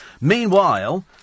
Meanwhile